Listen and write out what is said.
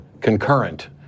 concurrent